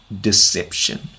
deception